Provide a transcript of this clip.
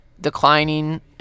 declining